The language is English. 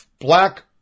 Black